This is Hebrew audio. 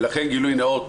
ולכן גילוי נאות,